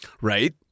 right